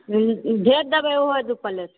भेज देबै ओहो दू प्लेट